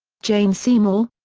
jane seymour,